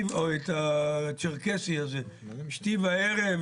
או את הצ'רקסי הזה שתי וערב?